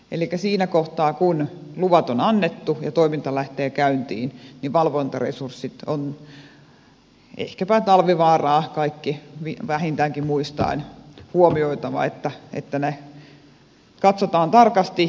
elikkä siinä kohtaa kun luvat on annettu ja toiminta lähtee käyntiin valvontaresursseissa on ehkäpä talvivaaraa kaikki vähintäänkin muistaen huomioitava että ne katsotaan tarkasti